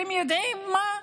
אתם יודעים מה,